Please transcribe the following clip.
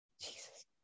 Jesus